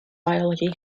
biology